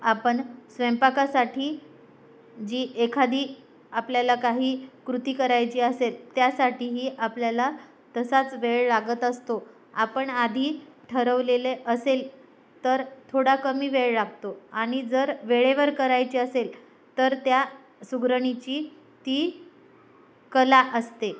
आपण स्वयंपाकासाठी जी एखादी आपल्याला काही कृती करायची असेल त्यासाठीही आपल्याला तसाच वेळ लागत असतो आपण आधी ठरवलेले असेल तर थोडा कमी वेळ लागतो आणि जर वेळेवर करायची असेल तर त्या सुगरणीची ती कला असते